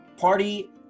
party